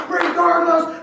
regardless